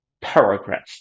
paragraph